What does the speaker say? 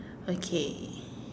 okay